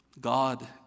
God